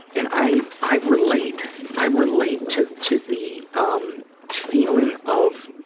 and i i relate. i relate to to the um feeling of